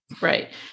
Right